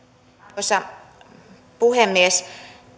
arvoisa puhemies